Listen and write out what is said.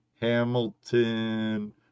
Hamilton